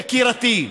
יקירתי.